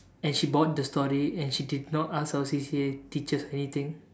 and she bought the story and she did not ask our C_C_A teachers anything